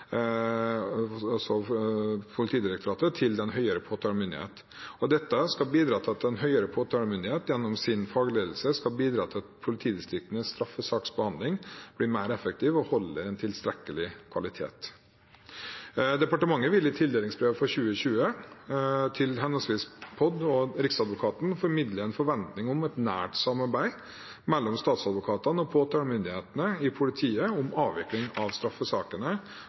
til Den høyere påtalemyndighet. Dette skal bidra til at Den høyere påtalemyndighet gjennom sin fagledelse skal bidra til at politidistriktenes straffesaksbehandling blir mer effektiv og holder en tilstrekkelig kvalitet. Departementet vil i tildelingsbrevet for 2020 til henholdsvis POD og Riksadvokaten formidle en forventning om et nært samarbeid mellom statsadvokatene og påtalemyndighetene i politiet om avvikling av straffesakene.